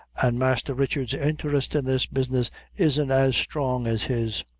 an' masther richard's interest in this business isn't as strong as his.